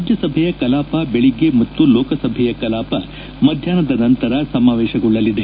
ರಾಜ್ಯಸಭೆಯ ಕಲಾಪ ಬೆಳಗ್ಗೆ ಮತ್ತು ಲೋಕಸಭೆಯ ಕಲಾಪ ಮಧ್ಯಾಹ್ನದ ನಂತರ ಸಮಾವೇಶಗೊಳ್ಳಲಿದೆ